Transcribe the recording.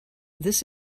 this